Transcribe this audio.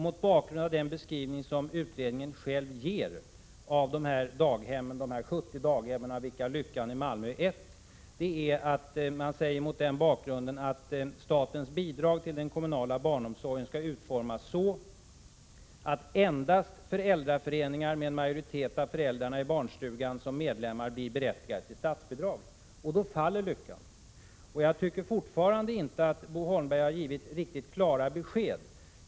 Mot bakgrund av den beskrivning utredningen själv ger av de 70 daghemmen, av vilka Lyckan i Malmö är ett, säger man att statens bidrag till den kommunala barnomsorgen bör ”utformas så, att endast föräldraföreningar med en majoritet av föräldrarna i barnstugan som medlemmar blir berättigade till statsbidrag”. Då faller Lyckan. Jag tycker fortfarande inte att Bo Holmberg har givit riktigt klara besked.